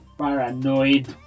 paranoid